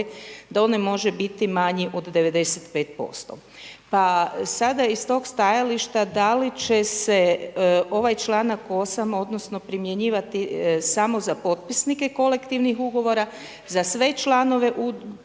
da on ne može biti manji od 95%. Pa sada iz toga stajališta da li će se ovaj čl. 8. odnosno primjenjivati samo za potpisnike Kolektivnih ugovora, za sve članove